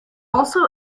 also